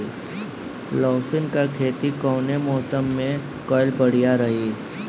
लहसुन क खेती कवने मौसम में कइल बढ़िया रही?